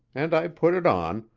and i put it on,